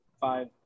five